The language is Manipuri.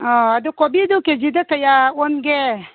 ꯑꯥ ꯑꯗꯨ ꯀꯣꯕꯤꯗꯨ ꯀꯦ ꯖꯤꯗ ꯀꯌꯥ ꯑꯣꯟꯒꯦ